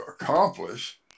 accomplish